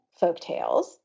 folktales